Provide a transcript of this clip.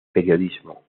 periodismo